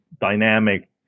dynamic